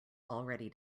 already